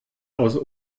aus